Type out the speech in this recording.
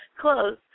Close